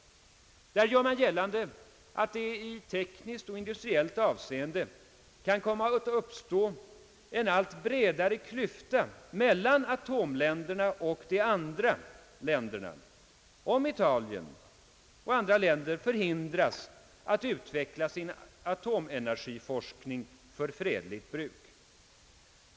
Där gör man gällande att det i tekniskt och industriellt avseende kan komma att uppstå en allt bredare klyfta mellan atomländerna och de andra länderna, om Italien och andra länder förhindrades att utveckla sin atomenergiforskning för fredligt bruk.